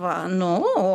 va nu o